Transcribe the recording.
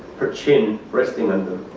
her chin resting on